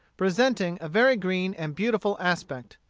presenting a very green and beautiful aspect.